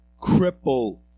cripple